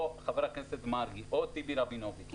או חבר הכנסת מרגי או טיבי רבינוביץ'.